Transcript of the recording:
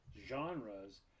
genres